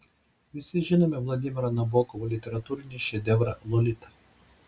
visi žinome vladimiro nabokovo literatūrinį šedevrą lolita